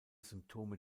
symptome